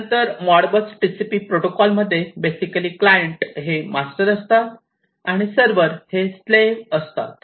त्यानुसार Modbus TCP protocol मध्ये basically client हे मास्टर असतात आणि सर्व्हर हे स्लेव्ह असतात